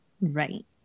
Right